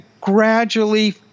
gradually